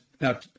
now